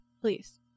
Please